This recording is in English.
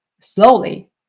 slowly